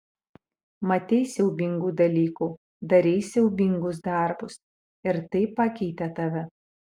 matei siaubingų dalykų darei siaubingus darbus ir tai pakeitė tave